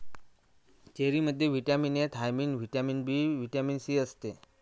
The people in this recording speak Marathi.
चेरीमध्ये vitamin A, thiamine, vitamin B, vitamin C असते